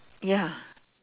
ya